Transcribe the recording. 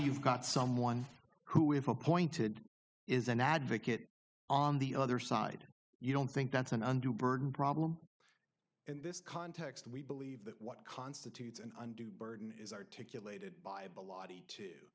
you've got someone who are appointed is an advocate on the other side you don't think that's an under the burden problem in this context we believe that what constitutes an undue burden is articulated b